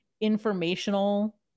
informational